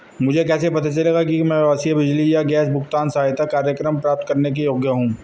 मुझे कैसे पता चलेगा कि मैं आवासीय बिजली या गैस भुगतान सहायता कार्यक्रम प्राप्त करने के योग्य हूँ?